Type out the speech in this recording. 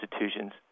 institutions